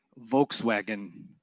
Volkswagen